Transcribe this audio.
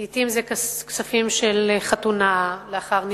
לעתים אלה כספים של חתונה, לאחר נישואים,